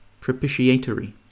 propitiatory